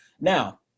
Now